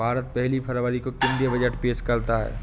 भारत पहली फरवरी को केंद्रीय बजट पेश करता है